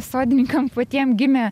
sodininkam patiem gimė